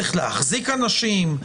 צריך להחזיק אנשים,